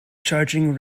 charging